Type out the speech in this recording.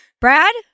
Brad